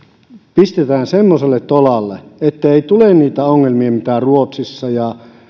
pistetään semmoiselle tolalle ettei tule niitä ongelmia mitä ruotsissa ja